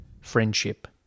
friendship